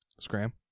Scram